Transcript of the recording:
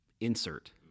insert